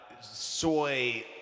soy